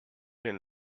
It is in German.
den